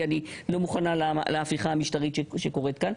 אני לא מוכנה להפיכה המשטרית שקורית כאן.